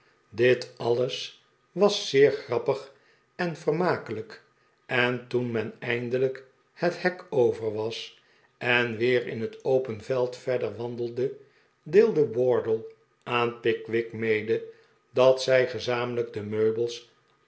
dit alles was zeer grappig en vermakelijkj en toen men eindelijk het hek over was en weer in het open veld verder wandelde deelde wardle aan pickwick mede dat zij gezameniijk de meubels